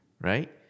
Right